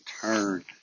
turn